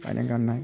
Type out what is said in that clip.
बायनाय गाननाय